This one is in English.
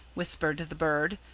whispered the bird,